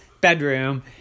bedroom